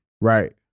Right